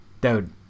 Dude